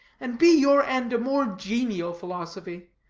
and be your end a more genial philosophy.